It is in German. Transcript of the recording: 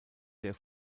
der